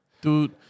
Dude